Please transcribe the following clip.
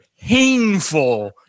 painful